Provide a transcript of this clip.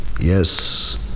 yes